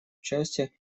участие